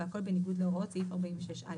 והכול בניגוד להוראות סעיף 46(א).